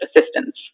assistance